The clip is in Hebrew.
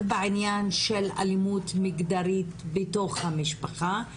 בעניין של אלימות מגדרית בתוך המשפחה,